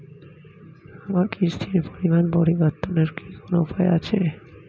আমার কিস্তির পরিমাণ পরিবর্তনের কি কোনো উপায় আছে?